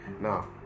now